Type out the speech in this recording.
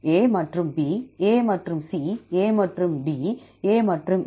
A மற்றும் B A மற்றும் C A மற்றும் D A மற்றும் E